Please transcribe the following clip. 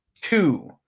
two